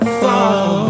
fall